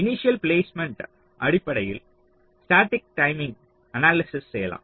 initial placement அடிப்படையில் static timing analysis செய்யலாம்